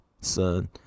son